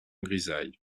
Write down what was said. grisaille